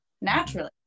naturally